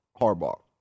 Harbaugh